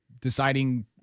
deciding